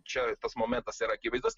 čia tas momentas yra akivaizdus